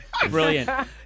Brilliant